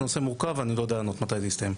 זה נושא מורכב ואני לא יודע לענות מתי זה יסתיים.